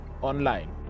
Online